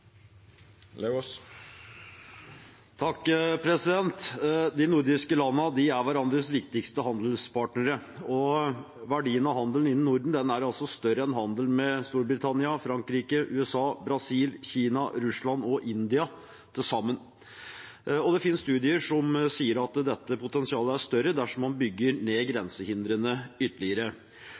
De nordiske landene er hverandres viktigste handelspartnere. Verdien av handelen innen Norden er større enn handelen med Storbritannia, Frankrike, USA, Brasil, Kina, Russland og India til sammen. Det finnes studier som sier at dette potensialet er større dersom man bygger ned grensehindrene ytterligere.